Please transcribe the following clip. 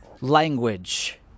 language